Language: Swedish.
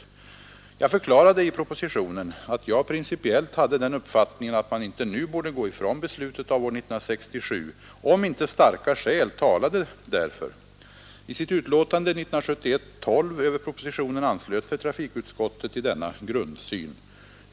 Jag förklarade i propositionen att jag principiellt hade den uppfattningen att man inte nu borde gå ifrån beslutet av år 1967, om inte starka skäl talade därför. I sitt betänkande nr 12 år 1971 över propositionen anslöt sig trafikutskottet till denna grundsyn.